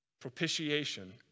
propitiation